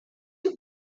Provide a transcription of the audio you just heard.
you